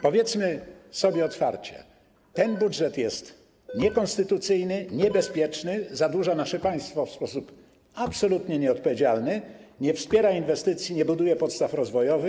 Powiedzmy sobie otwarcie: ten budżet jest niekonstytucyjny, niebezpieczny, zadłuża nasze państwo w sposób absolutnie nieodpowiedzialny, nie wspiera inwestycji, nie buduje podstaw rozwojowych.